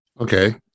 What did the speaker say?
Okay